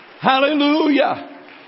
hallelujah